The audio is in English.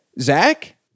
Zach